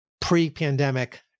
pre-pandemic